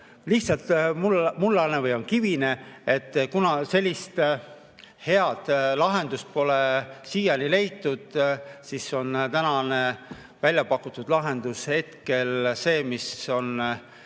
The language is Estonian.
lihtsalt mullane või on kivine. Kuna sellist head lahendust pole siiani leitud, siis on välja pakutud lahendus hetkel see, mis on